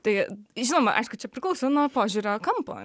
tai žinoma aišku čia priklauso nuo požiūrio kampo